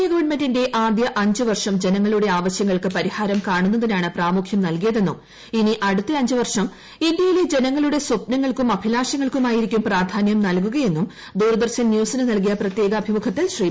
A ഗവൺമെന്റിന്റെ ആദ്യ അഞ്ച് വർഷം ജനങ്ങളുടെ ആവശ്യങ്ങൾക്ക് പരിഹാരം കാണുന്നതിനാണ് പ്രാമുഖ്യം നൽകിയത് എന്നും ഇനി അടുത്ത അഞ്ച് വർഷം ഇന്ത്യയിലെ ജനങ്ങളുടെ സ്വപ്നങ്ങൾക്കും അഭിലാഷങ്ങൾക്കുമായിരിക്കും പ്രാധാന്യം നൽകുകയെന്ന് ദൂരദർശൻ ന്യൂസിന് നൽകിയ പ്രത്യേക അഭിമുഖത്തിൽ ശ്രീ